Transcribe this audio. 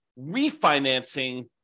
refinancing